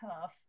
tough